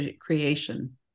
creation